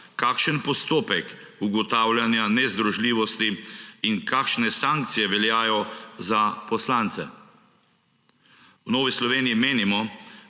kakšen postopek ugotavljanja nezdružljivosti in kakšne sankcije veljajo za poslance. V Novi Sloveniji menimo,